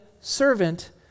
servant